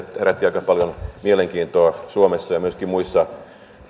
joka herätti aika paljon mielenkiintoa suomessa ja myöskin muissa